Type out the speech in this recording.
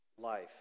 life